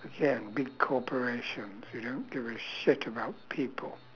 here big corporations who don't give a shit about people